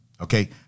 Okay